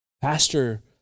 pastor